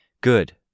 Good